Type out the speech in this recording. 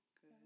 Good